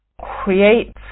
create